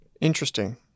Interesting